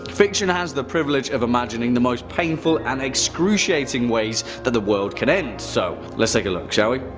fiction has the privilege of imagining the most painful and excruciating ways that the world can end. so let's take a look, shall we?